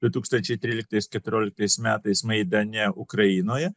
du tūkstančiai tryliktais keturioliktais metais maidane ukrainoje